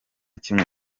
kimwe